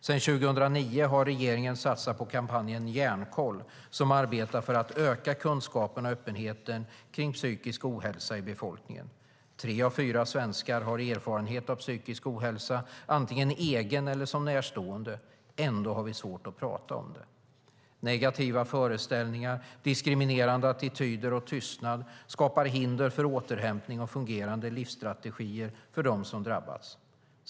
Sedan 2009 har regeringen satsat på kampanjen Hjärnkoll, som arbetar för att öka kunskapen och öppenheten kring psykisk ohälsa i befolkningen. Tre av fyra svenskar har erfarenhet av psykisk ohälsa - antingen egen eller som närstående. Ändå har vi svårt att prata om det. Negativa föreställningar, diskriminerande attityder och tystnad skapar hinder för återhämtning och fungerande livsstrategier för dem som drabbats.